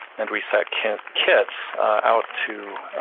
and we sent kits kits out to